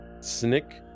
Snick